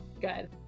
good